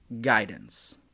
guidance